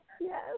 Yes